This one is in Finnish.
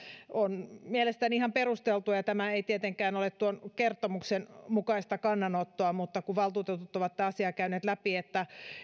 on mielestäni ihan perusteltua ja tämä ei tietenkään ole tuon kertomuksen mukaista kannanottoa mutta valtuutetut ovat tätä asiaa käyneet läpi että